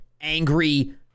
angry